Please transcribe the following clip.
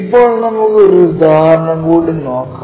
ഇപ്പോൾ നമുക്ക് ഒരു ഉദാഹരണം കൂടി നോക്കാം